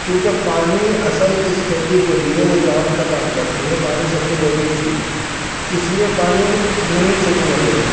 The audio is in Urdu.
کیونکہ پانی اصل اس کھیتی کے لیے وہ جان کا کام کرتی ہے پانی سب سے ضروری چیز ہے اس لیے پانی نہیں سوکھنے دیتے